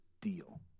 deal